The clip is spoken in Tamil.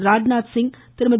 ராஜ்நாத்சிங் திருமதி